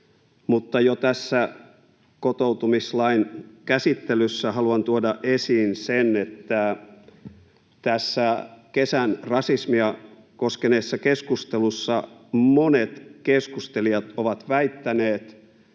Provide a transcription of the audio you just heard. mutta jo tässä kotoutumislain käsittelyssä haluan tuoda esiin sen, että tässä kesän rasismia koskeneessa keskustelussa monet keskustelijat ovat väittäneet,